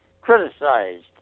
criticized